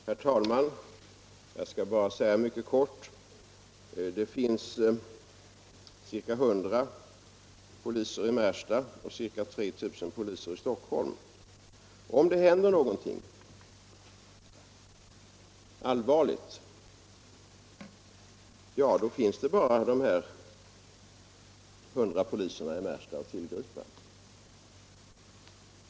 Herr talman! Jag skall fatta mig mycket kort. Det finns ca 100 poliser i Märsta och ca 3000 poliser i Stockholm. Om det händer någonting allvarligt vid Arlanda, så finns bara dessa 100 poliser i Märsta att tillgå.